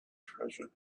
treasure